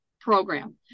program